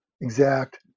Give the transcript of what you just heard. exact